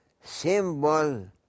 symbol